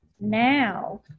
now